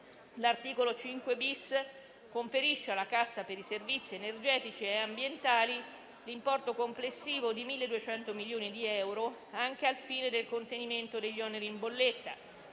L'articolo 5-*bis* conferisce alla Cassa per i servizi energetici e ambientali l'importo complessivo di 1.200 milioni di euro anche al fine del contenimento degli oneri in bolletta